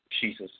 Jesus